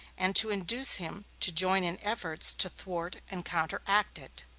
and to induce him to join in efforts to thwart and counteract it.